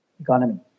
economy